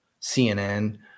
CNN